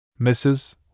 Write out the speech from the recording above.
Mrs